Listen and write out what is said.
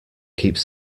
keeps